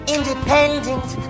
Independent